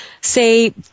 say